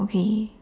okay